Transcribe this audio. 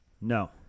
No